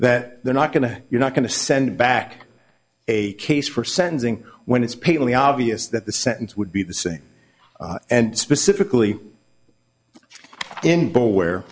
that they're not going to you're not going to send back a case for sentencing when it's painfully obvious that the sentence would be the same and specifically in bowl where